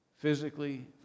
physically